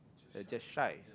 they're just shy